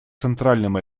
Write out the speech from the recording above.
центральным